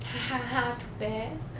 too bad